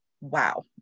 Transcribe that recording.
wow